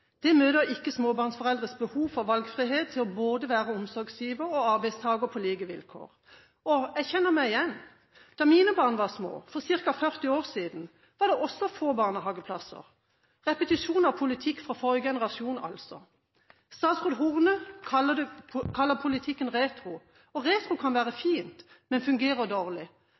Dette møter ikke småbarnsforeldres behov for valgfrihet med hensyn til å være både omsorgsgiver og arbeidstaker på like vilkår. Jeg kjenner meg igjen. Da mine barn var små, for ca. 40 år siden, var det også få barnehageplasser – repetisjon av politikk for forrige generasjon, altså. Statsråd Horne kaller politikken retro. Retro kan være fint, men fungerer dårlig.